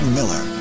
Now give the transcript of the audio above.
Miller